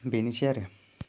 बेनोसै आरो